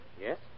Yes